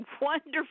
wonderful